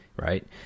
right